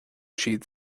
siad